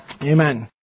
Amen